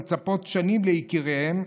המצפות שנים ליקיריהן,